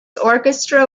orchestra